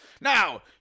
Now